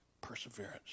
perseverance